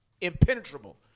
impenetrable